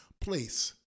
place